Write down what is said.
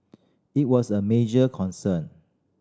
it was a major concern